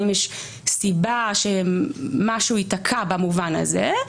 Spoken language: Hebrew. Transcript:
האם יש סיבה שמשהו ייתקע במובן הזה,